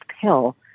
pill